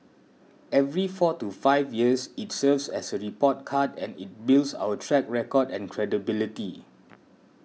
every four to five years it serves as a report card and it builds our track record and credibility